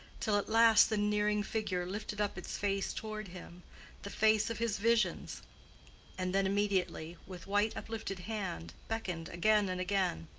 till at last the nearing figure lifted up its face toward him the face of his visions and then immediately, with white uplifted hand, beckoned again and again.